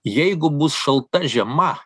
jeigu bus šalta žiema